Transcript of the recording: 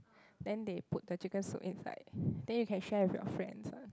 then they put the chicken soup inside then you can share with your friends one